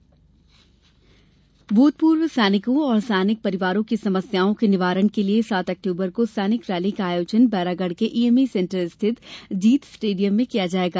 सैनिक रैली भूतपूर्व सैनिकों और सैनिक परिवारों की समस्याओं के निवारण के लिये सात अक्टूबर को सैनिक रैली का आयोजन बैरागढ के ईएमई सेंटर स्थित जीत स्टेडियम में किया जायेगा